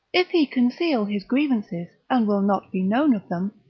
if he conceal his grievances, and will not be known of them,